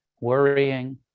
worrying